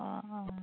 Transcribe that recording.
অঁ অঁ